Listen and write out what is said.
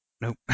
Nope